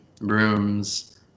rooms